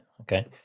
Okay